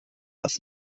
das